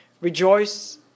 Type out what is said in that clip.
Rejoice